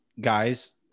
guys